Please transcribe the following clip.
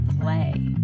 Play